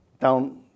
down